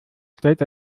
stellt